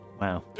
Wow